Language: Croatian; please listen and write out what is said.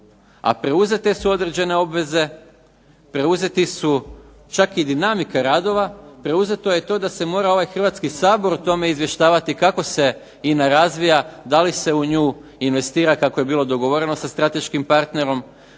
a preuzete su određene obveze, preuzeti su čak i dinamika radova, preuzeto je to da se čak mora i Hrvatski sabor o tome izvještavati kako se INA razvija, da li se u nju investira kako je bilo dogovoreno sa strateškim partnerom,